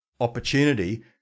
opportunity